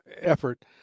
effort